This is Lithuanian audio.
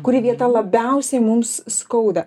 kuri vieta labiausiai mums skauda